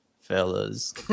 Fellas